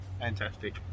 Fantastic